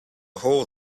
hole